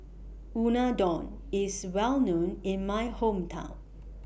Unadon IS Well known in My Hometown